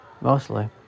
Mostly